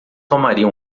tomaria